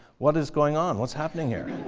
what is going on? what's happening here?